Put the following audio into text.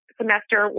semester